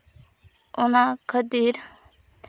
ᱚᱱᱟ ᱠᱷᱟᱹᱛᱤᱨ